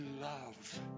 love